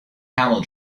camel